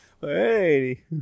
Hey